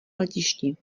letišti